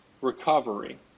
recovery